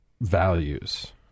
values